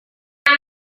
saya